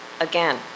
again